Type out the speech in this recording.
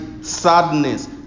sadness